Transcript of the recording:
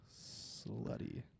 Slutty